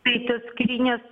tai tos skrynios